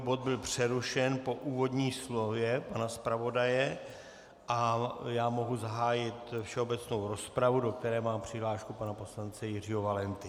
Bod byl přerušen po úvodním slově pana zpravodaje a já mohu zahájit všeobecnou rozpravu, do které mám přihlášku pana poslance Jiřího Valenty.